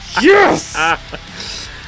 Yes